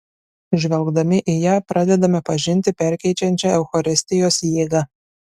žvelgdami į ją pradedame pažinti perkeičiančią eucharistijos jėgą